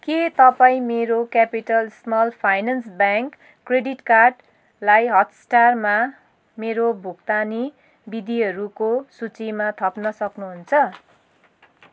के तपाईँ मेरो capital small finance bank credit कार्डलाई हटस्टारमा मेरो भुक्तानी विधिहरूको सूचीमा थप्न सक्नुहुन्छ